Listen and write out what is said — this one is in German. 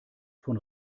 von